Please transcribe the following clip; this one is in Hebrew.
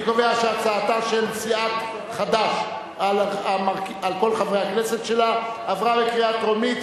אני קובע שהצעתה של סיעת חד"ש על כל חברי הכנסת שלה עברה בקריאה טרומית,